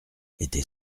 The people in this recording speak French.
était